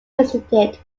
visited